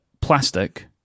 plastic